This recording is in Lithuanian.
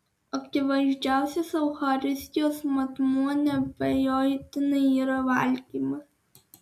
akivaizdžiausias eucharistijos matmuo neabejotinai yra valgymas